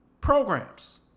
programs